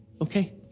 okay